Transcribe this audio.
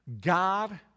God